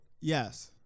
yes